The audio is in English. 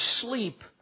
sleep